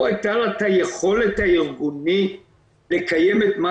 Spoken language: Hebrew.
לא היתה לה את היכולת הארגונית לקיים את מה